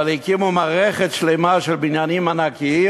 אבל הקימו מערכת שלמה של בניינים ענקיים